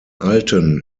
alten